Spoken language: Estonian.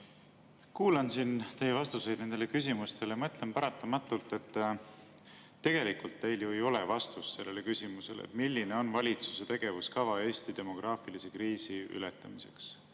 Kuulan siin teie vastuseid nendele küsimustele ja mõtlen paratamatult, et tegelikult teil ju ei ole vastust küsimusele, milline on valitsuse tegevuskava Eesti demograafilise kriisi ületamiseks.